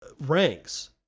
ranks